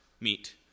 meet